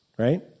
Right